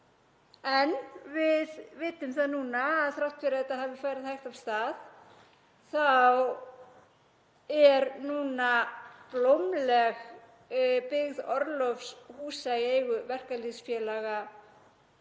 En við vitum það núna að þrátt fyrir að þetta hafi farið hægt af stað er blómleg byggð orlofshúsa í eigu verkalýðsfélaga